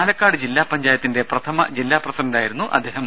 പാലക്കാട് ജില്ലാ പഞ്ചായത്തിന്റെ പ്രഥമ ജില്ലാ പ്രസിഡന്റായിരുന്നു അദ്ദേഹം